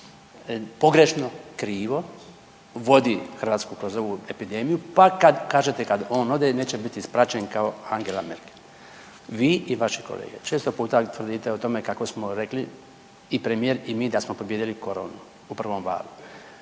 pogrešno, krivo vodi Hrvatsku kroz ovu epidemiju pa kad kažete kad on ode neće biti ispraćen kao Angela Merkel. Vi i vaši kolege često puta tvrdite o tome kako smo rekli i premijer i mi da smo pobijedili koronu u prvom valu